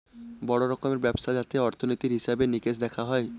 বড়ো রকমের ব্যবস্থা যাতে অর্থনীতির হিসেবে নিকেশ দেখা হয়